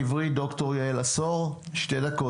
ד"ר יעל עשור מהאוניברסיטה העברית, שתי דקות.